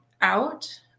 out